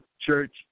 church